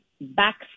back